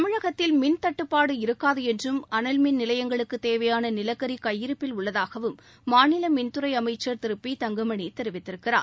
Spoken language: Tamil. தமிழகத்தில் மின்தட்டுப்பாடு இருக்காது என்றும் அனல்மின் நிலையங்களுக்கு தேவையான நிலக்கரி கையிருப்பில் உள்ளதாகவும் மாநில மின்துறை அமைச்சர் திரு பி தங்கமணி தெரிவித்திருக்கிறார்